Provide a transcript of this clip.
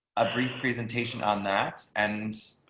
a brief presentation on that. and